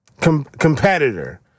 competitor